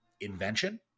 invention